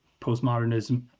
postmodernism